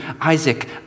Isaac